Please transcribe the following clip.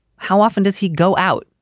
how often does he go out?